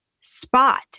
spot